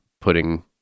putting